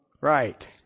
Right